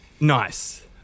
Nice